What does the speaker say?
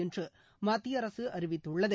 என்று மத்திய அரசு அறிவித்துள்ளது